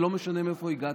ולא משנה מאיפה הגעת.